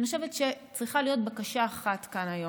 אני חושבת שצריכה להיות בקשה אחת כאן היום: